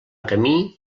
camí